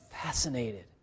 fascinated